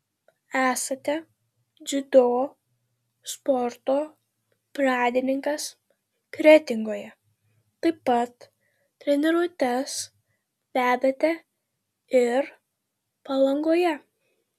esate dziudo sporto pradininkas kretingoje taip pat treniruotes vedate ir palangoje